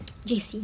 J_C